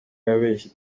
yabeshye